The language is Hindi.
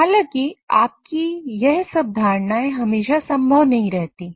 हालांकि आपकी यह सब धारणाएं हमेशा संभव नहीं रहती हैं